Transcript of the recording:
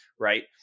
Right